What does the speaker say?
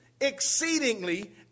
exceedingly